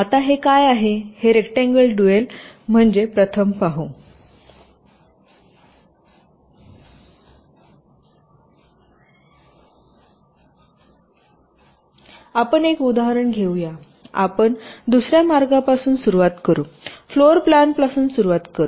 आता हे काय आहे हे रेक्टांगुलर ड्युअल म्हणजे प्रथम पाहू आपण एक उदाहरण घेऊया आपण दुसर्या मार्गापासून सुरुवात करू फ्लोरप्लानपासून सुरूवात करू